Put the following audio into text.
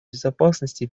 безопасности